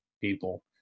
people